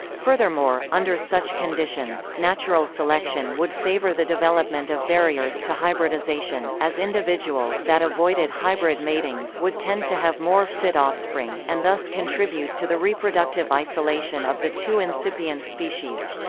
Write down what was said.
furthermore, under such conditions, natural selection would favour the development of barriers to hybridisation, as individuals that avoided hybrid matings would tend to have more fit offspring, and thus contribute to the reproductive isolation of the two incipient species.